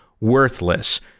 worthless